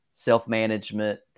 self-management